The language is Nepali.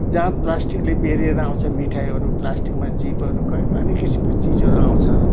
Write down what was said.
जहाँ प्लास्टिकले बेरिएर आउँछ मिठाईहरू प्लास्टिकमा चिपहरू क अनेक किसिमको चिजहरू आउँछ